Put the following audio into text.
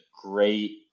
great